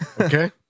Okay